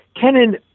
Kennan